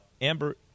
Amber